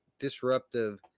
disruptive